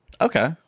okay